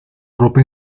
ropa